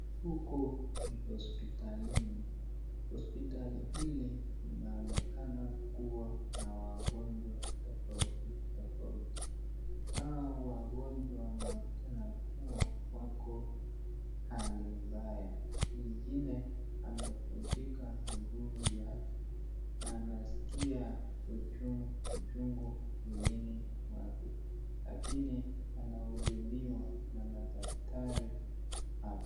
Huku ni hospitalini hospitali hili inaonekana kuwa na wagonjwa tafauti tafauti, hawa wagonjwa wanaonekana kuwa wako hali mbaya mwingine amevunjika miguu yake na anasikia uchungu mwilini mwake lakini anahutumiwa na daktari hapa.